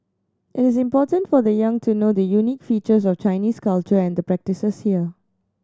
is important for the young to know the unique features of Chinese culture and the practices here